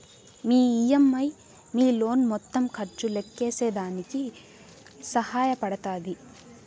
మీ EMI మీ loan మొత్తం ఖర్చు లెక్కేసేదానికి సహాయ పడతాది